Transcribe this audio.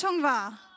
war